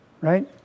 right